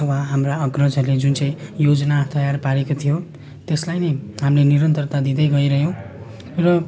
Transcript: अथवा हाम्रा अग्रजहरूले जुन चाहिँ योजना तयार पारेको थियो त्यसलाई नै हामीले निरन्तरता दिँदै गइरह्यौँ र